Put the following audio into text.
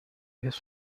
his